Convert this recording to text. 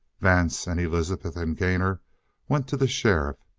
vance and elizabeth and gainor went to the sheriff.